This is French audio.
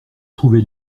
trouvait